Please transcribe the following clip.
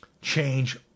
change